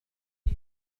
هذه